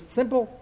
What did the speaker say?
simple